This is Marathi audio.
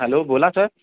हॅलो बोला सर